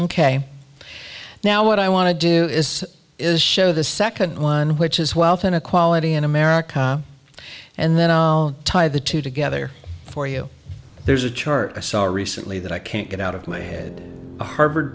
ok now what i want to do is is show the second one which is wealth inequality in america and then i'll tie the two together for you there's a chart asar recently that i can't get out of my head a harvard